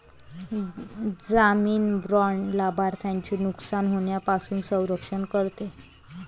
जामीन बाँड लाभार्थ्याचे नुकसान होण्यापासून संरक्षण करते